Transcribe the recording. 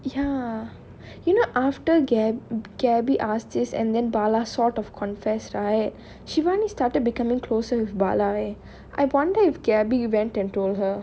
ya you know after gab~ gaby asked this and then bala sort of confessed right shivani started becoming closer with bala eh I wonder if gaby went and told her